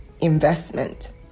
investment